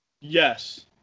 yes